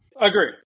Agree